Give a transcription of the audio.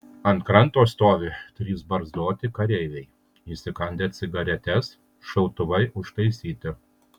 ant kranto stovi trys barzdoti kareiviai įsikandę cigaretes šautuvai užtaisyti